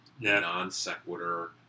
non-sequitur